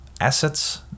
assets